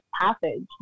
passage